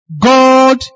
God